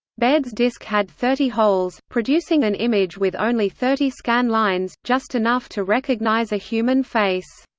baird's disk had thirty holes, producing an image with only thirty scan lines, just enough to recognize a human face.